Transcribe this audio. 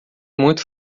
muito